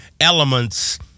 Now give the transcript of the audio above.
elements